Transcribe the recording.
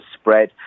spread